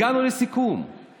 בחוק הזה הגענו לסיכום איתכם